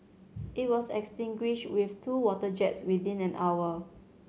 it was extinguished with two water jets within an hour